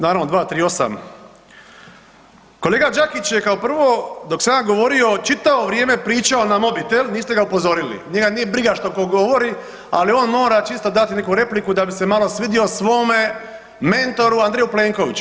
Naravno 238., kolega Đakić je kao prvo dok sam ja govorio čitavo vrijeme pričao na mobitel, niste ga upozorili, njega nije briga što ko govori, ali on mora čisto dati neku repliku da bi se malo svidio svome mentoru Andreju Plenkoviću.